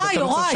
די, יוראי.